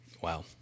Wow